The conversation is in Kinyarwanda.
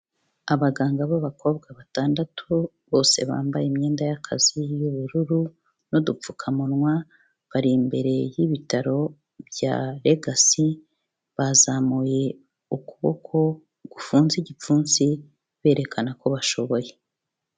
Abaganga b'abakobwa batandatu bose bambaye imyenda y'akazi y'ubururu n'udupfukamunwa, bari imbere y'ibitaro bya Legacy, bazamuye ukuboko gufunze igipfunsi berekana ko bashoboye.